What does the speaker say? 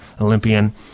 Olympian